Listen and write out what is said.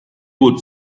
would